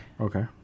Okay